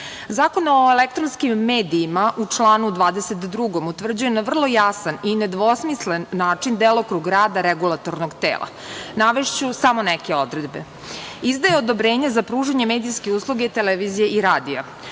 posao. Zakon o elektronskim medijima u članu 22. utvrđuje na vrlo jasan i nedvosmislen način delokrug rada regulatornog tela. Navešću samo neke odredbe, izdaje odobrenje za pružanje medijske usluge, televizije i radija,